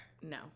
No